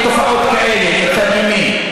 נגד תופעות כאלה מצד ימין.